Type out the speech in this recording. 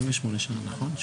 ה-24 בינואר 2023, ב'